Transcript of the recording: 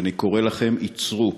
ואני קורא לכם: עצרו,